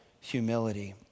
humility